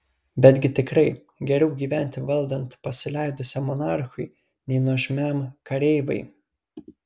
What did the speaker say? betgi tikrai geriau gyventi valdant pasileidusiam monarchui nei nuožmiam kareivai